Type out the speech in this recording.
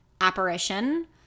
apparition